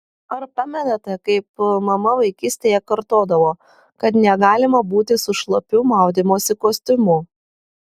ar pamenate kaip mama vaikystėje kartodavo kad negalima būti su šlapiu maudymosi kostiumu